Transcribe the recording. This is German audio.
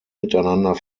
miteinander